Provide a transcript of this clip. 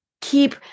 keep